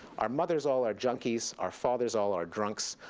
our mothers all are junkies, our fathers all are drunks.